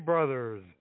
Brothers